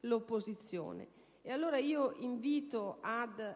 dell'opposizione. E allora io invito ad